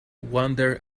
wander